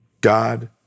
God